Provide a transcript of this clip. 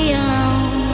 alone